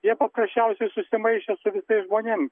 jie paprasčiausiai susimaišė su visais žmonėm